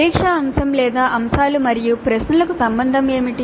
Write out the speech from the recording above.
పరీక్షా అంశం లేదా అంశాలు మరియు ప్రశ్నలకు సంబంధం ఏమిటి